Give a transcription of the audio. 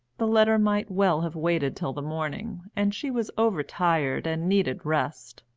the letter might well have waited till the morning, and she was over-tired and needed rest.